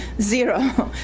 zero.